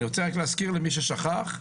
למי ששכח,